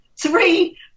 three